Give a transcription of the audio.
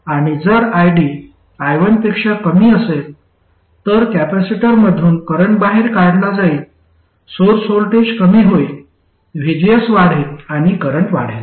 आणि जर ID I1 पेक्षा कमी असेल तर कॅपेसिटरमधून करंट बाहेर काढला जाईल सोर्स व्होल्टेज कमी होईल VGS वाढेल आणि करंट वाढेल